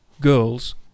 girls